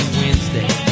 wednesday